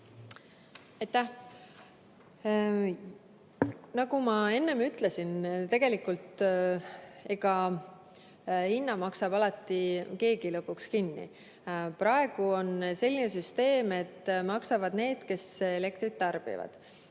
Aitäh! Nagu ma enne ütlesin, tegelikult hinna maksab alati keegi lõpuks kinni. Praegu on selline süsteem, et maksavad need, kes elektrit tarbivad.